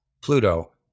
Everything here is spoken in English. pluto